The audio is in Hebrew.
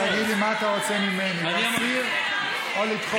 לא, תגיד לי מה אתה רוצה ממני, להסיר או לדחות.